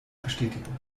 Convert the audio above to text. bestätigen